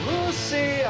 Lucy